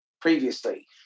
previously